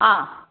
हा